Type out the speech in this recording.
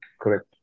Correct